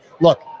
Look